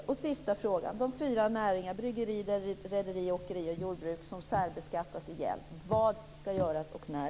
Så till den sista frågan om de fyra näringarna - bryggeri, åkeri, rederi och jordbruk - som särbeskattas. Vad skall göras, och när?